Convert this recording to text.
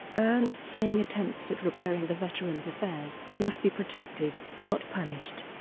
ernst saying attempts at repairing the veterans affairs must be protected, not punished,